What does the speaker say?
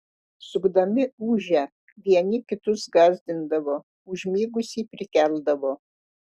sukdami ūžę vieni kitus gąsdindavo užmigusį prikeldavo